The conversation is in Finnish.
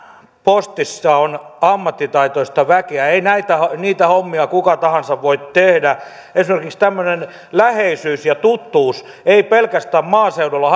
postissa on ammattitaitoista väkeä ei niitä hommia kuka tahansa voi tehdä esimerkiksi tämmöinen läheisyys ja tuttuus ei pelkästään maaseudulla